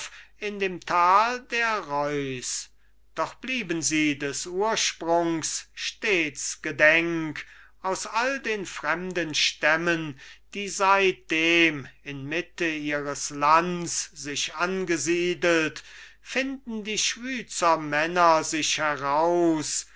in dem tal der reuss doch blieben sie des ursprungs stets gedenk aus all den fremden stämmen die seitdem in mitte ihres lands sich angesiedelt finden die schwyzer männer sich heraus